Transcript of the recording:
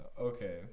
Okay